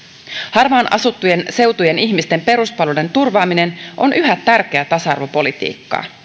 harvaan asuttujen seutujen ihmisten peruspalvelujen turvaaminen on yhä tärkeää tasa arvopolitiikkaa